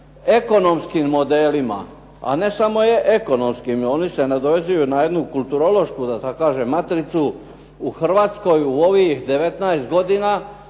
ekonomskim modelima a ne samo ekonomskim, oni se nadovezuju na jednu kulturološku da tako kažem matricu u Hrvatskoj u ovih 19 godina,